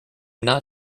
not